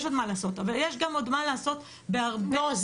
אבל יש גם עוד מה לעשות בהרבה --- לא,